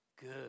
good